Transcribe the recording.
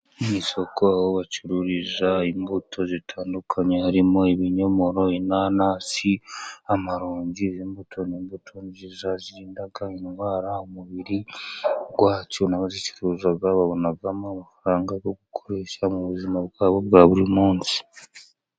Mu isoko bacuruza imbuto zitandukanye harimo: ibinyomoro, inanasi, amarongi. Izi mbuto ni imbuto zirinda indwara umubiri wacu n'abazicuruza babonamo amafaranga yo gukoresha mu buzima bwabo bwa buri munsi.